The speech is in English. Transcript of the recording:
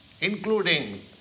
including